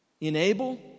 Enable